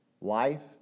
Life